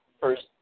first